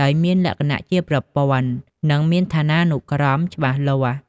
ដោយមានលក្ខណៈជាប្រព័ន្ធ និងមានឋានានុក្រមច្បាស់លាស់។